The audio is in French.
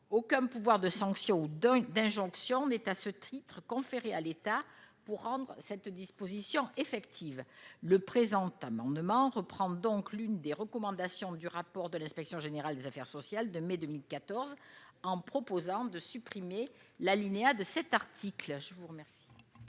Aucun pouvoir de sanction ou d'injonction n'est, à ce titre, conféré à l'État pour rendre cette disposition effective. Le présent amendement reprend donc l'une des recommandations du rapport de l'inspection générale des affaires sociales (IGAS) de mai 2014, en prévoyant la suppression de l'alinéa précité de l'article